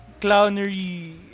clownery